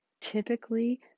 Typically